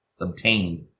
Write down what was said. obtained